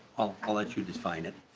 i'll let you define it.